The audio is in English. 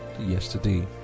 yesterday